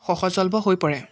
সহজলভ্য হৈ পৰে